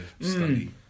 study